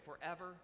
forever